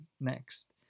next